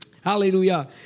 Hallelujah